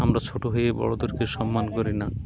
আমরা ছোট হয়ে বড়দেরকে সম্মান করি না